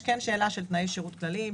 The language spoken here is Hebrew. יש כאן שאלה של תנאי שירות כלליים,